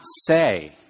say